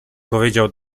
powiedział